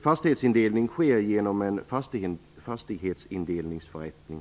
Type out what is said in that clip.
Fastighetsindelningen sker genom en fastighetsindelningsförrättning.